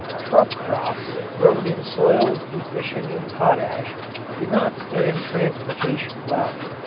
truck crops grown in soils deficient in potash do not stand transportation well.